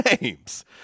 names